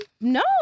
No